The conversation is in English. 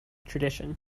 tradition